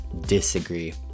disagree